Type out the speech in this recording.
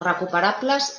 recuperables